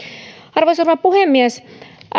arvoisa rouva puhemies